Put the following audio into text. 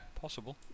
Possible